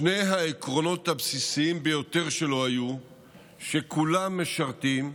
שני העקרונות הבסיסיים ביותר שלו היו שכולם משרתים,